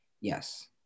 yes